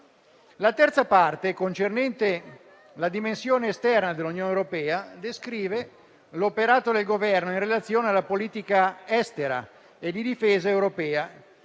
La terza parte, concernente la dimensione esterna dell'Unione europea, descrive l'operato del Governo in relazione alla politica estera e di difesa europea,